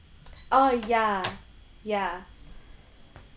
orh ya ya